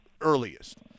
earliest